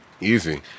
Easy